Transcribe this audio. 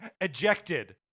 ejected